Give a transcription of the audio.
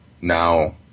now